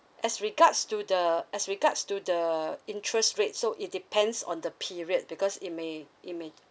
as regards to the as regards to the interest rate so it depends on the period because it may it may